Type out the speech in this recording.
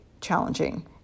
challenging